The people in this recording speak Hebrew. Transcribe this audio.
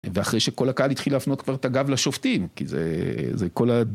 ואחרי שכל הקהל התחיל להפנות כבר את הגב לשופטים, כי זה כל ה..